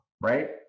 right